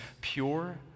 pure